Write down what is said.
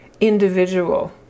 individual